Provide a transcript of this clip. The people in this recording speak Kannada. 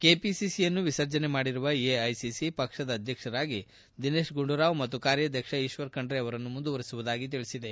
ಕೆಪಿಸಿಸಿಯನ್ನು ವಿಸರ್ಜನೆ ಮಾಡಿರುವ ಎಐಸಿಸಿ ಪಕ್ಷದ ಅಧ್ಯಕ್ಷರಾಗಿ ದಿನೇತ್ಗುಂಡೂರಾವ್ ಮತ್ತು ಕಾರ್ಯಾಧ್ಯಕ್ಷ ಈಶ್ವರ್ ಖಂಡ್ರೆ ಅವರನ್ನು ಮುಂದುವರಿಸುವುದಾಗಿ ತಿಳಿಸಿದೆ